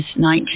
19